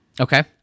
Okay